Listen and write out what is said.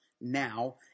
now